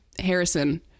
Harrison